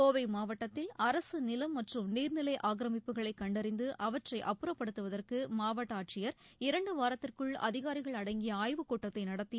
கோவை மாவட்டத்தில் அரசு நிலம் மற்றும் நீர்நிலை ஆக்கிரமிப்புகளை கண்டறிந்து அவற்றை அப்புறப்படுத்துவதற்கு மாவட்ட ஆட்சியர் இரண்டு வாரத்திற்குள் அதிகாரிகள் அடங்கிய ஆய்வுக் கூட்டத்தை நடத்தி